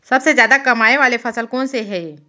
सबसे जादा कमाए वाले फसल कोन से हे?